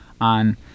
on